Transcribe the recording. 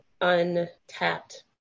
untapped